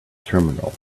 terminal